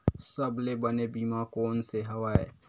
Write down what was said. सबले बने बीमा कोन से हवय?